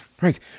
Right